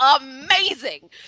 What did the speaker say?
amazing